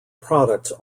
products